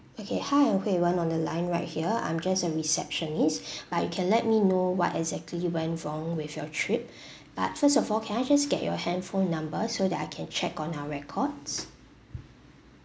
okay hi I'm hui wen on the line right here I'm just a receptionist but you can let me know what exactly went wrong with your trip but first of all can I just get your handphone number so that I can check on our records